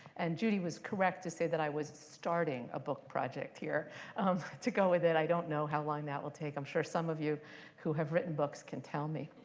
and judy was correct to say that i was starting a book project here to go with it. i don't know how long that will take. i'm sure some of you who have written books can tell me.